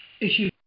issue